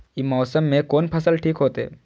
ई मौसम में कोन फसल ठीक होते?